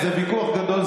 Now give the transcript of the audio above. זה ויכוח גדול,